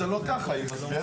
אבל באירופה זה לא ככה.